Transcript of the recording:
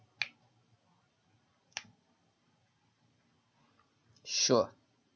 sure